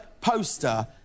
poster